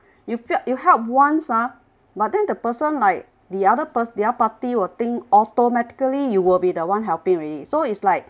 you felt you help once ah but then the person like the other per~ the other party will think automatically you will be the one helping already so it's like